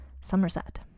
Somerset